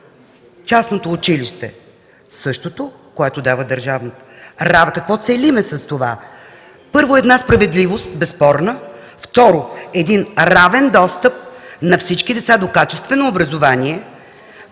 частното училище? Същото, което дава и държавното. Какво целим с това? Първо, безспорна справедливост, второ – равен достъп на всички деца до качествено образование